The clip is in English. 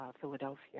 Philadelphia